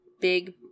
big